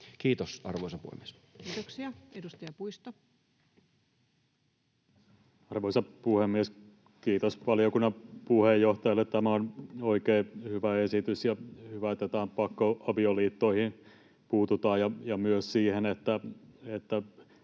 Kiitos, arvoisa puhemies. Kiitoksia. — Edustaja Puisto. Arvoisa puhemies! Kiitos valiokunnan puheenjohtajalle. Tämä on oikein hyvä esitys. On hyvä, että pakkoavioliittoihin puututaan ja myös siihen, että